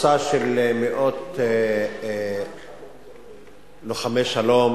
קבוצה של מאות לוחמי שלום